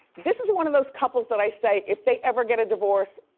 this is one of those couples that i say if they ever get a divorce,